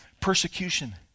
persecution